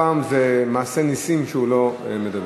הפעם זה מעשה נסים שהוא לא מדבר.